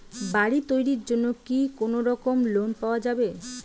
বাড়ি তৈরির জন্যে কি কোনোরকম লোন পাওয়া যাবে?